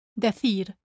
decir